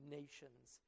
nations